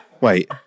Wait